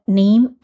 name